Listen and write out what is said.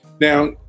now